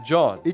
John